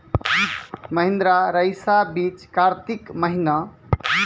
महिंद्रा रईसा बीज कार्तिक महीना?